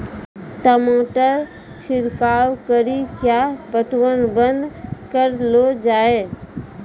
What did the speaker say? टमाटर छिड़काव कड़ी क्या पटवन बंद करऽ लो जाए?